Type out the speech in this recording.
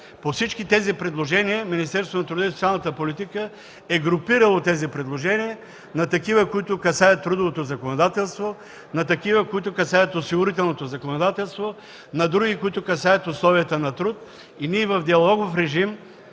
– всички тези предложения Министерството на труда и социалната политика ги е групирало на такива, които касаят трудовото законодателство, на такива, които касаят осигурителното законодателство, на други, които касаят условията на труд. Ние в диалогов режим